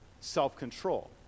self-control